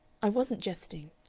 i wasn't jesting,